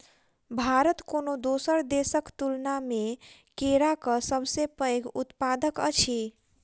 भारत कोनो दोसर देसक तुलना मे केराक सबसे पैघ उत्पादक अछि